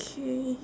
~kay